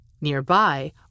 Nearby